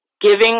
giving